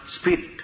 spirit